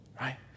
right